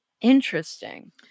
Interesting